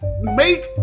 make